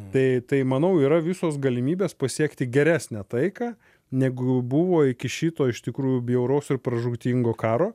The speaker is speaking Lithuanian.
tai tai manau yra visos galimybės pasiekti geresnę taiką negu buvo iki šito iš tikrųjų bjauraus ir pražūtingo karo